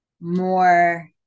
more